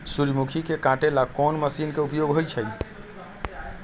सूर्यमुखी के काटे ला कोंन मशीन के उपयोग होई छइ?